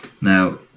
Now